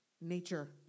nature